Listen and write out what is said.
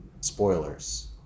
spoilers